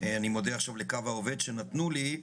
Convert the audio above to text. שאני מודה לקו לעובד שנתנו לי,